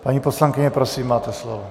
Paní poslankyně, prosím, máte slovo.